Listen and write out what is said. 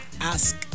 ask